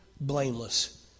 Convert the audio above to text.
blameless